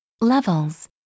levels